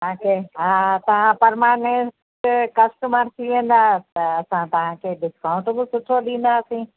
तव्हांखे हा तव्हां परमानेंट कस्टमर थी वेंदा त असां तव्हांखे डिस्काउंट बि सुठो ॾींदासीं